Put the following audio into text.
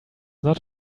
not